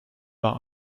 war